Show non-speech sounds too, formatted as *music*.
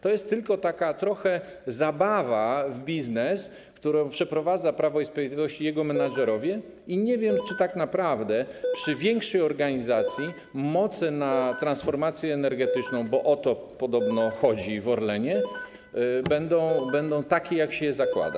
To jest tylko taka trochę zabawa w biznes, którą przeprowadza Prawo i Sprawiedliwość i jego menedżerowie *noise* i nie wiem, czy tak naprawdę przy większej organizacji moce na transformację energetyczną, bo o to podobno chodzi w Orlenie, będą takie, jak się zakłada.